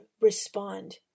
respond